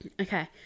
Okay